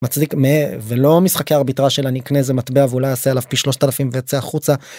מצדיק ולא משחקי ארביטרז' של אני אקנה איזה מטבע ואולי עשה עליו פי 3000 ויצא החוצה.